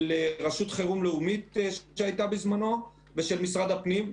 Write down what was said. של רשות חירום לאומית שהייתה בזמנו ושל משרד הפנים.